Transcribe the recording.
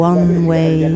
One-way